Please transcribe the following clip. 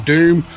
Doom